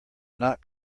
not